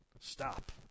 Stop